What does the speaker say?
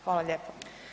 Hvala lijepo.